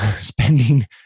spending